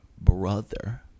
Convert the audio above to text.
brother